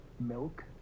milk